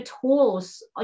tools